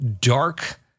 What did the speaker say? dark